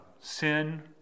Sin